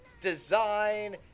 design